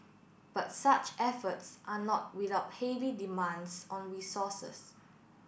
but such efforts are not without heavy demands on resources